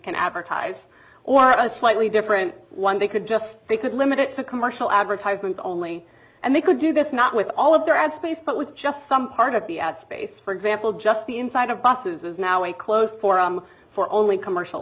can advertise or a slightly different one they could just they could limit it to commercial advertisements only and they could do this not with all of their ad space but with just some part of the ad space for example just the inside of buses is now a closed forum for only commercial